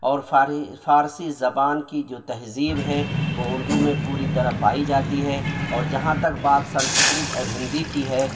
اور فارسی زبان کی جو تہذیب ہے وہ اردو میں پوری طرح پائی جاتی ہے اور جہاں تک بات سنسکرت اور ہندی کی ہے